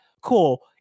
cool